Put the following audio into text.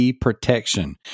protection